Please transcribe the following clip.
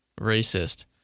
racist